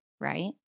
right